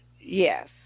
Yes